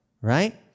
right